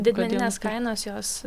didmeninės kainos jos